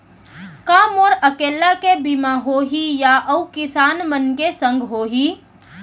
का मोर अकेल्ला के बीमा होही या अऊ किसान मन के संग होही?